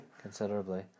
considerably